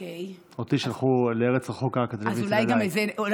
אותי שלחו לארץ רחוקה כדי, אוקיי.